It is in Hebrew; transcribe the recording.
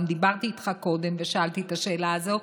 וגם דיברתי איתך קודם ושאלתי את השאלה הזאת,